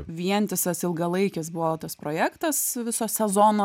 vientisas ilgalaikis buvo tas projektas viso sezono